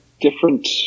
different